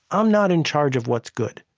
i'm not in charge of what's good.